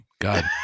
God